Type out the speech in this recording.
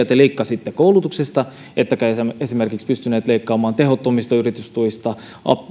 te leikkasitte koulutuksesta ettekä pystyneet leikkaamaan esimerkiksi tehottomista yritystuista